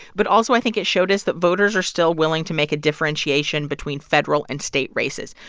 but also, i think it showed us that voters are still willing to make a differentiation between federal and state races.